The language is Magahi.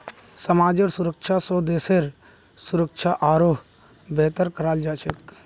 समाजेर सुरक्षा स देशेर सुरक्षा आरोह बेहतर कराल जा छेक